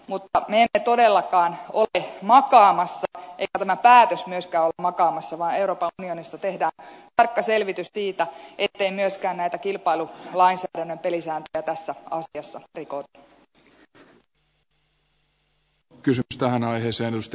me emme todellakaan ole makaamassa eikä tämä päätös myöskään ole makaamassa vaan euroopan unionissa tehdään tarkka selvitys siitä ettei myöskään näytä kilpailu naiset eli saa tästä on jos näitä kilpailulainsäädännön pelisääntöjä tässä asiassa rikota